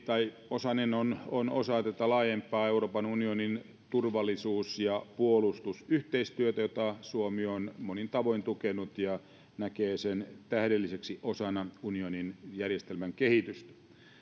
tai osanen on on osa tätä laajempaa euroopan unionin turvallisuus ja puolustusyhteistyötä jota suomi on monin tavoin tukenut ja jonka suomi näkee tähdellisenä osana unionin järjestelmän kehitystä